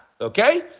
Okay